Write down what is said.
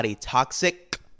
toxic